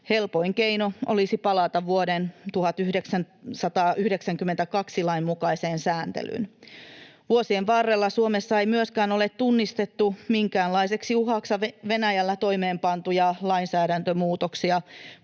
Helpoin keino olisi palata vuoden 1992 lain mukaiseen sääntelyyn. Vuosien varrella Suomessa ei myöskään ole tunnistettu minkäänlaiseksi uhaksi Venäjällä toimeenpantuja lainsäädäntömuutoksia,